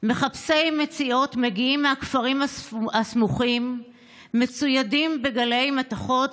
מחפשי מציאות מגיעים מהכפרים הסמוכים מצוידים בגלאי מתכות,